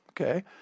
Okay